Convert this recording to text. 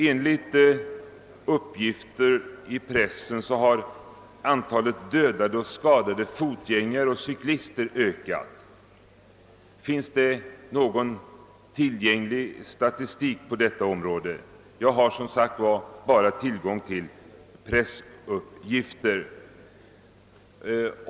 Enligt uppgifter i pressen har antalet dödade och skadade fotgängare och cyklister ökat. Finns någon statistik tillgänglig på detta område? Jag har som sagt bara tillgång till pressuppgifter.